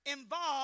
involved